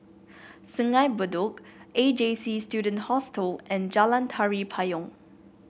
Sungei Bedok A J C Student Hostel and Jalan Tari Payong